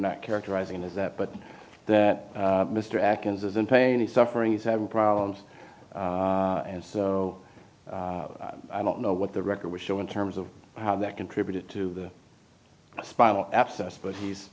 not characterizing as that but that mr acas is in pain and suffering he's having problems and so i don't know what the record will show in terms of how that contributed to the spinal abscess but he's